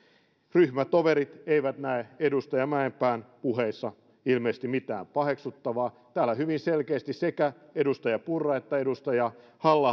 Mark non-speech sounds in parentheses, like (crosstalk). ryhmätoverit eivät näe edustaja mäenpään puheissa ilmeisesti mitään paheksuttavaa täällä hyvin selkeästi sekä edustaja purra että edustaja halla (unintelligible)